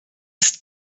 ist